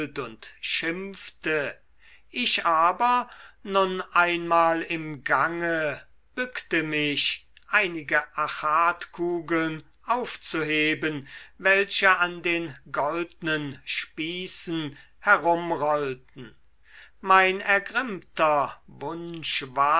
und schimpfte ich aber nun einmal im gange bückte mich einige achatkugeln aufzuheben welche an den goldnen spießen herumrollten mein ergrimmter wunsch